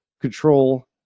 control